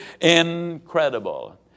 incredible